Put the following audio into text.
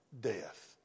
death